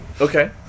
Okay